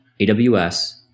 AWS